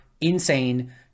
insane